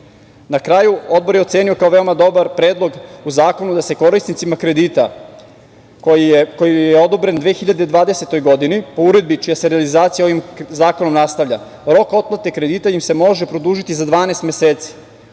kraju, Odbor je ocenio kao veoma dobar predlog u zakonu da se korisnicima kredita koji je odobren u 2020. godini, po Uredbi čija se realizacija ovim zakonom nastavlja, rok otplate kredita im se može produžiti za 12 meseci